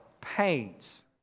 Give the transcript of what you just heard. pains